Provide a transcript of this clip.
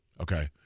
Okay